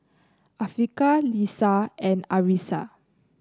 Afiqah Lisa and Arissa